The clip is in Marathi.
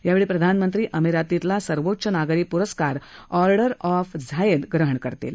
यावेळी प्रधानमंत्री अमिरातीतला सर्वोच्च नागरी प्रस्कार ऑडर्र ऑफ झायेद ग्रहण करतील